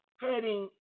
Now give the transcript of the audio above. heading